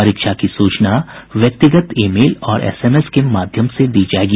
परीक्षा की सूचना व्यक्तिगत ई मेल और एस एम एस के माध्यम से दी जायेगी